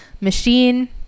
machine